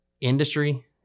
industry